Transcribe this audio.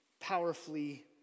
powerfully